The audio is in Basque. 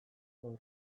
gaur